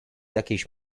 jakiejś